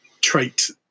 trait